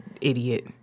idiot